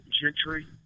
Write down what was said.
Gentry